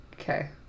Okay